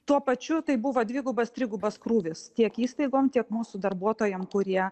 tuo pačiu tai buvo dvigubas trigubas krūvis tiek įstaigom tiek mūsų darbuotojam kurie